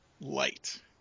light